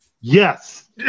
Yes